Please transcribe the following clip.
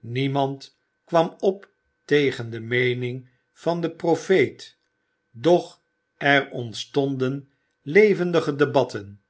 niemand kwam op tegen de meening van den profeet doch er ontstonden levendige debatten